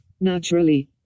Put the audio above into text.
naturally